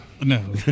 no